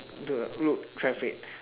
the road traffic